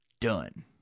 done